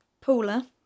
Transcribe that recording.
Paula